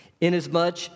Inasmuch